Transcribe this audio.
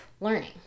learning